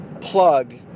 plug